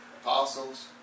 apostles